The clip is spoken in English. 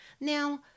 Now